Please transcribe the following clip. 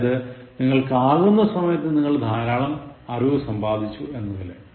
അതായത് നിങ്ങൾക്ക് ആകുന്ന സമയത്ത് നിങ്ങൾ ധാരാളം അറിവു സംബാധിച്ചു എന്നതിൽ